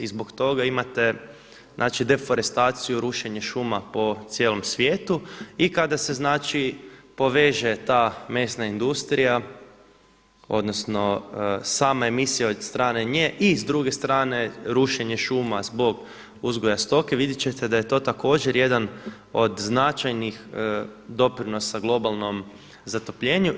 I zbog toga imate deforestaciju rušenje šuma po cijelom svijetu i kada se poveže ta mesna industrija odnosno sama emisija od strane nje i s druge strane rušenje šuma zbog uzgoja stoke, vidjet ćete da je to također jedan od značajnih doprinosa globalnom zatopljenju.